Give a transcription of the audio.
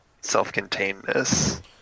self-containedness